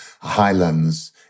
highlands